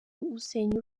usenya